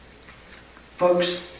Folks